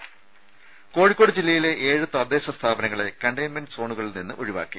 രുമ കോഴിക്കോട് ജില്ലയിലെ ഏഴ് തദ്ദേശ സ്ഥാപനങ്ങളെ കണ്ടെയ്മെന്റ് സോണുകളിൽനിന്ന് ഒഴിവാക്കി